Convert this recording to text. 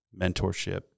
mentorship